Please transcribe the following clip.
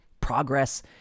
progress